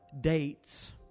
dates